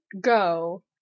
go